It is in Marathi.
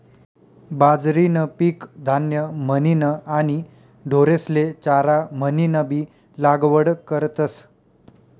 बाजरीनं पीक धान्य म्हनीन आणि ढोरेस्ले चारा म्हनीनबी लागवड करतस